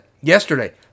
yesterday